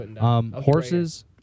horses